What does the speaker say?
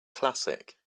classic